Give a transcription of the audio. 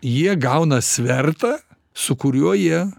jie gauna svertą su kuriuo jie